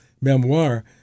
memoir